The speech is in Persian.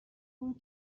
اون